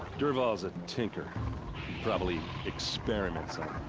dervahl's a tinker. he probably. experiments on